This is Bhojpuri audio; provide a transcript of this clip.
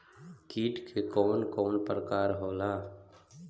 कीट के कवन कवन प्रकार होला?